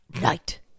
Night